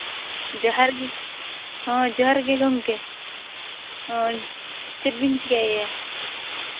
ᱡᱚᱦᱟᱨ ᱜᱮ ᱦᱮᱸ ᱡᱚᱦᱟᱨ ᱜᱮ ᱜᱚᱢᱠᱮ ᱱᱚᱜᱼᱚᱭ ᱪᱮᱫ ᱵᱤᱱ ᱪᱤᱠᱟᱹᱭᱮᱫᱼᱟ